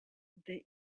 they